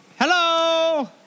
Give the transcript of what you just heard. Hello